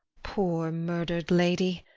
poor, murdered lady,